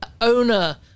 owner